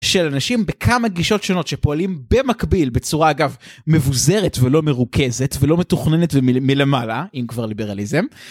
של אנשים בכמה גישות שונות שפועלים במקביל בצורה אגב מבוזרת ולא מרוכזת ולא מתוכננת ומלמעלה אם כבר ליברליזם.